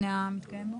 לפני "מתקיים בו".